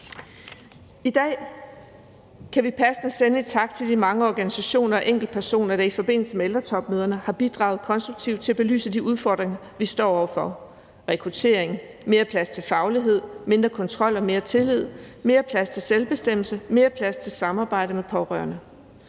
I dag kan vi passende sende en tak til de mange organisationer og enkeltpersoner, der i forbindelse med ældretopmøderne har bidraget konstruktivt til at belyse de udfordringer, vi står over for: Rekruttering, mere plads til faglighed, mindre kontrol og mere tillid, mere plads til selvbestemmelse og mere plads til samarbejde med pårørende.